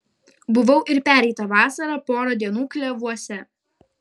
buvau ir pereitą vasarą porą dienų klevuose